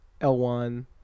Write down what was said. L1